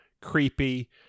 creepy